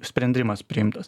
sprendimas priimtas